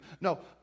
No